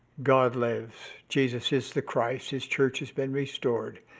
god lives! jesus is the christ! his church has been restored!